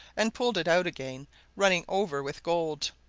and pulled it out again running over with gold.